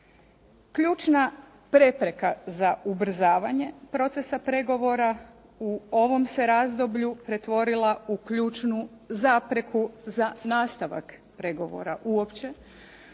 Ključna prepreka za ubrzavanja procesa pregovora u ovom se razdoblju pretvorila u ključnu zapreku za nastavak pregovora uopće,